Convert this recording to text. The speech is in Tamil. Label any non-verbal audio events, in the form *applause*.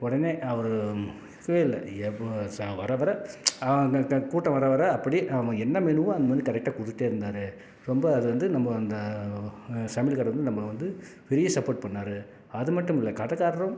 உடனே அவர் *unintelligible* இல்லை எவ் ச வர வர கூட்டம் வர வர அப்படியே ஆமாம் என்ன மெனுவோ அந்த மெனு கரெக்டாக கொடுத்துட்டே இருந்தாரு ரொம்ப அது வந்து நம்ப அந்த சமையல்காரரு வந்து நம்ம வந்து பெரிய சப்போர்ட் பண்ணிணாரு அது மட்டும் இல்லை கடைக்காரரும்